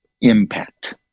impact